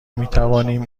میتوانیم